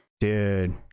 dude